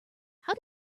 how